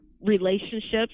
relationships